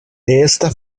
esta